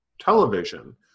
television